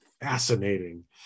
fascinating